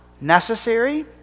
necessary